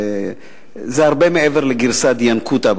וזה הרבה מעבר לגרסא דינקותא,